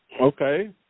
Okay